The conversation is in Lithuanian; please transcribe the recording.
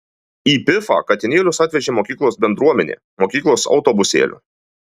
į pifą katinėlius atvežė mokyklos bendruomenė mokyklos autobusėliu